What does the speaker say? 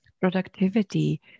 productivity